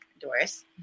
Doris